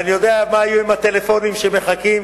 ואני יודע מה יהיו הטלפונים שעוד מחכים